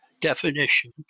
Definition